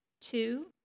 two